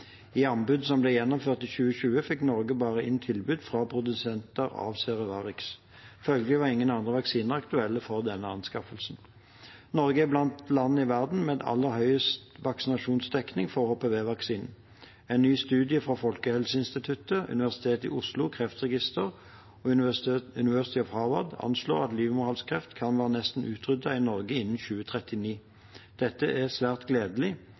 I anbudet som ble gjennomført i 2020, fikk Norge bare inn tilbud fra produsenter av Cervarix. Følgelig var ingen andre vaksiner aktuelle for denne anskaffelsen. Norge er blant landene i verden med aller høyest vaksinasjonsdekning for HPV-vaksinen. En ny studie fra Folkehelseinstituttet, Universitetet i Oslo, Kreftregisteret og Harvard University anslår at livmorhalskreft kan være nesten utryddet i Norge innen 2039. Dette er svært gledelig